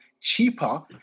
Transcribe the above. cheaper